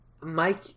Mike